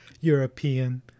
European